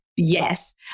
Yes